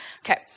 Okay